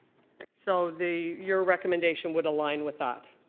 so the your recommendation would align with that?